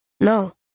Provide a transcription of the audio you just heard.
No